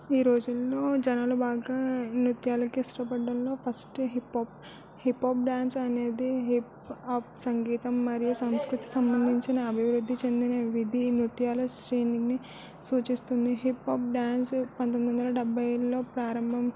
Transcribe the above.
ఈ రోజులలో జనాలు బాగా నృత్యాలకి ఇష్టపడడంలో first hip hop hip hop dance అనేది హిప్ హప్ సంగీతం మరియు సంస్కృతికి సంబంధించిన అభివృద్ధి చెందిన విధి నృత్యాల శ్రేణిని సూచిస్తుంది హిప్ హప్ డ్యాన్సు పంతొమ్మిది వందల డెభై ఏడులో ప్రారంభం